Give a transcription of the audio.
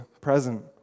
present